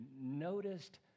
noticed